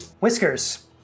Whiskers